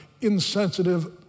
insensitive